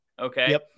okay